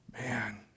Man